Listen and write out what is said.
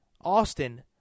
Austin